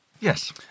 Yes